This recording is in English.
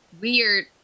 weird